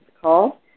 call